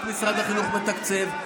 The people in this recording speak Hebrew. רק משרד החינוך מתקצב.